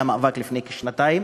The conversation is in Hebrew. היה מאבק לפני כשנתיים,